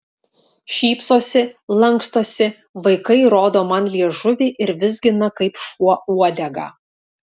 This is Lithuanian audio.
šypsosi lankstosi vaikai rodo man liežuvį ir vizgina kaip šuo uodegą